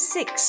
Six